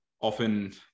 often